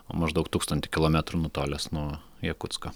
maždaug tūkstantį kilometrų nutolęs nuo jakutsko